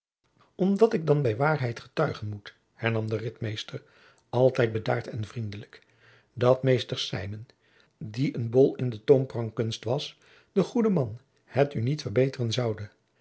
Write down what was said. omdat ik dan bij waarheid getuigen moet hernam de ritmeester altijd bedaard en vriendelijk dat meester symen die een bol in de toomprangkunst was de goede man het u niet verbeteren zoude